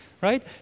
right